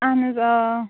اہن حظ آ